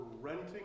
renting